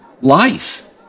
life